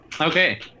Okay